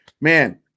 man